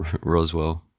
roswell